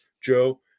joe